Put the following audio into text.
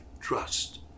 trust